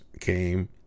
came